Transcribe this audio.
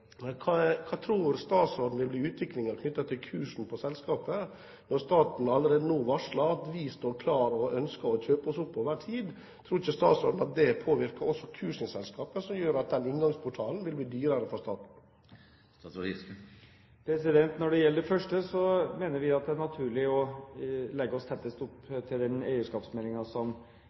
Hva tror statsråden vil bli utviklingen knyttet til kursen på selskapet, når staten allerede nå varsler at den står klar og ønsker å kjøpe seg opp over tid? Tror ikke statsråden at det påvirker kursen i selskapet, som gjør at inngangsportalen vil bli dyrere for staten? Når det gjelder det første, mener vi at det er naturlig å legge oss tettest opp til den